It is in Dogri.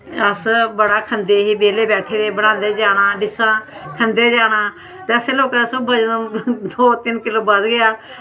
अस बड़ा खंदे हे बेह्ले बैठे दे हे बनांदे जाना डिशां ते खंदे जाना ते असें लोकें वजन सगुआं दो तिन्न किलो बधी गेआ